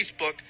Facebook